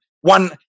one